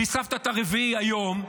והוספת את הרביעי היום,